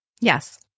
Yes